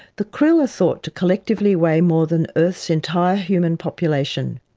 the krill are thought to collectively weigh more than earth's entire human population.